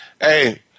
Hey